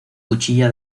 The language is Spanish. cuchilla